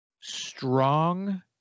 strong